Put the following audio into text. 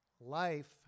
life